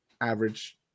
average